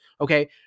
Okay